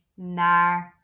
naar